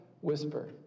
whisper